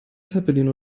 zeppelin